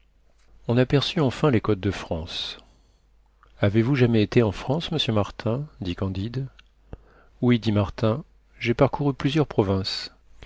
on aperçut enfin les côtes de france avez-vous jamais été en france monsieur martin dit candide oui dit martin j'ai parcouru plusieurs provinces